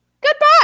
Goodbye